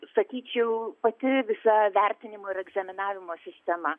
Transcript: sakyčiau pati visa vertinimo ir egzaminavimo sistema